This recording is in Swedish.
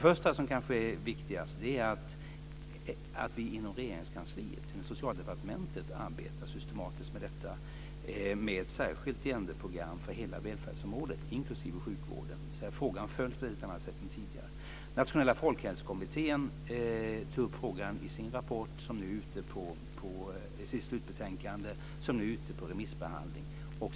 Först och främst arbetar vi inom Regeringskansliet, inom Socialdepartementet, systematiskt med ett särskilt gender-program för hela välfärdsområdet, inklusive sjukvården. Frågan följs på ett helt annat sätt än tidigare. Nationella folkhälsokommittén har tagit upp frågan i sitt slutbetänkande, som nu är ute på remiss.